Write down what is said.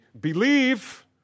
believe